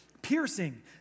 piercing